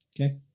Okay